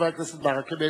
חבר הכנסת ברכה,